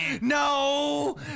No